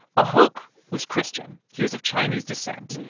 ah ahok was christian. he was of chinese descent.